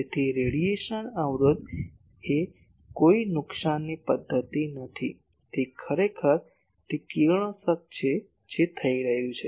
તેથી રેડિયેશન અવરોધ એ કોઈ નુકસાનની પદ્ધતિ નથી તે ખરેખર તે કિરણોત્સર્ગ છે જે થઈ રહ્યું છે